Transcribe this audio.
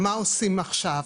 מה עושים עכשיו?